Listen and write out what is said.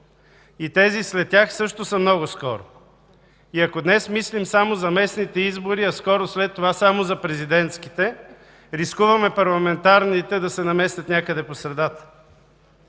И тези след тях също са много скоро. Ако днес мислим само за местните избори, а скоро след това – само за президентските, рискуваме парламентарните да се наместят някъде по средата.